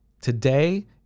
today